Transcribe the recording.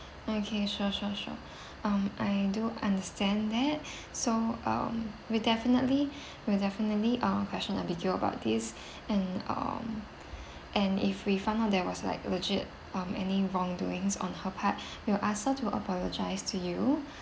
okay sure sure sure um I do understand that so um we definitely will definitely um question abigail about this and um and if we found out there was like legit um any wrongdoings on her part will ask her to apologise to you